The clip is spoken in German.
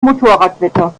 motorradwetter